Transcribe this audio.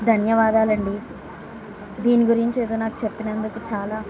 ధన్యవాదాలండి దీని గురించి ఏదో నాకు చెప్పినందుకు చాలా